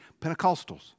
Pentecostals